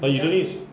but you don't need